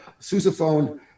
sousaphone